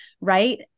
right